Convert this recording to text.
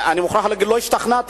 אבל אני מוכרח לומר שלא השתכנעתי.